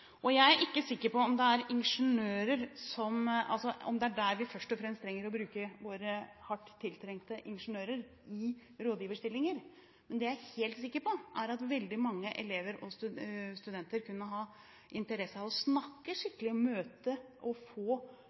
settinger. Jeg er ikke sikker på om vi først og fremst trenger å bruke våre hardt tiltrengte ingeniører i rådgiverstillinger. Men det jeg er helt sikker på, er at veldig mange elever og studenter kunne ha interesse av å snakke med, få møte og få